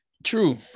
True